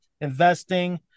investing